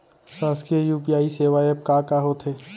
शासकीय यू.पी.आई सेवा एप का का होथे?